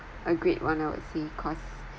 a great one I will say cause